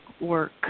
work